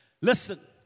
listen